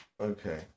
Okay